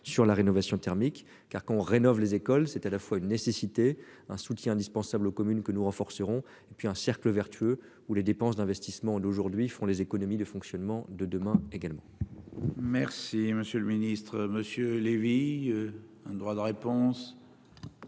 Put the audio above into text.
sur la rénovation thermique car qu'on rénove les écoles c'est à la fois une nécessité un soutien indispensable aux communes que nous renforcerons et puis un cercle vertueux ou les dépenses d'investissements d'aujourd'hui font des économies de fonctionnement de demain également. Merci, monsieur le Ministre, Monsieur Lévy un droit de réponse.